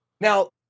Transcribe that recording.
Now